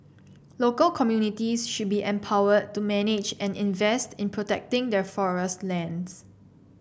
local communities should be empowered to manage and invest in protecting their forest lands